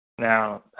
Now